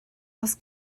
oes